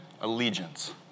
allegiance